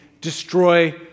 destroy